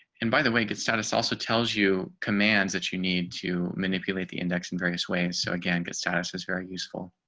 and by the way, good status also tells you commands that you need to manipulate the index in various ways. so again, good statuses very useful.